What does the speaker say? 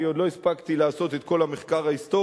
כי עוד לא הספקתי לעשות את כל המחקר ההיסטורי,